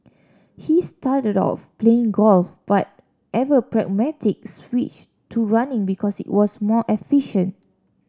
he started off playing golf but ever pragmatic switched to running because it was more efficient